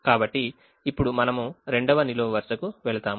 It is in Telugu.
కాబట్టి ఇప్పుడు మనము 2వ నిలువు వరుసకు వెళ్తాము